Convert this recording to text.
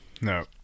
No